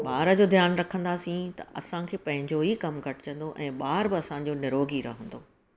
ॿार जो ध्यानु रखंदासीं त असांखे पंहिंजो ई कम घटिजंदो ऐं ॿार बि असांजो निरोगी रहंदो